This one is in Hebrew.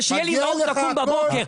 ושתהיה לי מהות כדי לקום בבוקר.